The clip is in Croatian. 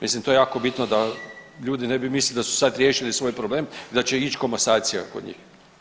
Mislim to je jako bitno da ljudi ne bi mislili da su sad riješili svoj problem i da će ić komasacija kod njih.